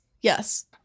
Yes